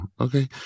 okay